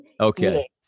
Okay